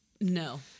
no